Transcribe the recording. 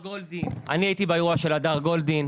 אני הייתי באירוע של הדר גולדין,